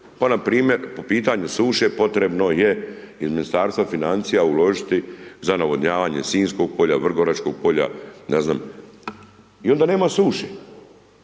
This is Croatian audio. pa npr. po pitanju suše potrebno je iz Ministarstva financija uložiti za navodnjavanje Sinjskog polja, Vrgoračkog polja, ne znam, i onda nema suše